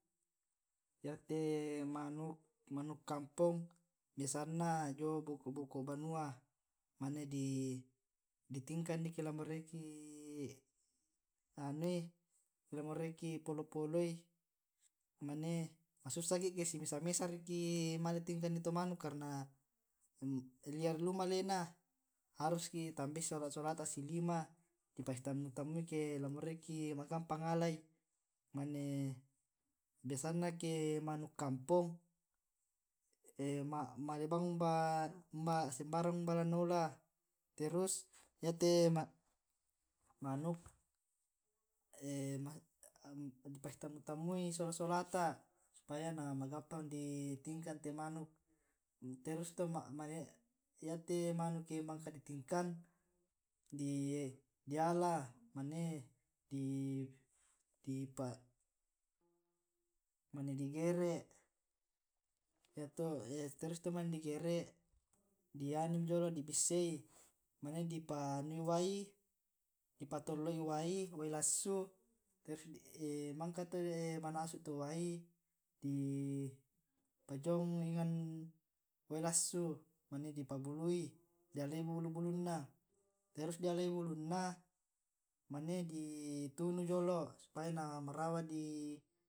Ya te manukk, manuk kampong biasanna jio boko' boko' banua mane di tingkanni eke la moraiki anui eke la moraiki polo poloi mane masussaki eke si mesa mesa riki male tingkanni to manuk karna liar liu malena harus tambaiki sola solata si lima di pasi tammu tamui eke moraiki la gampang ngalai mane biasanna ake manuk kampong male bang sembarang umba la naola, terus yate manuk di pasi tammu tammui sola solata supaya na magampang di tingkan te manuk, terua yato manuk ake mangka di tingkan diala mane di mane di gere' terus yato mane di gere' di anu mi jolo di bissai mane di panui wai di patolloi wai, wai lassu terus mangka to manasu to wai di pajiong enang wai lassu mane di pabului di alai' bulu bulunna terus dialai bulu bulunna mane di tunu jolo supaya na marawa di